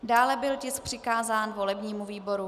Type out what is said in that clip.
Dále byl tisk přikázán volebnímu výboru.